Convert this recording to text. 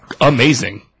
Amazing